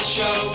show